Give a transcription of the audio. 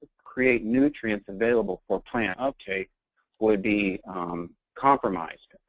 create nutrients available for plants uptake would be compromised.